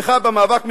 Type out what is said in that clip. תמיכה במאבק מזוין.